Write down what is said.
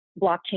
blockchain